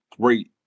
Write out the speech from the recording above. great